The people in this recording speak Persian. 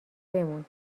بمون